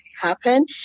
happen